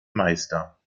meister